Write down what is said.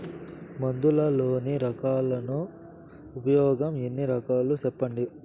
మందులలోని రకాలను ఉపయోగం ఎన్ని రకాలు? సెప్పండి?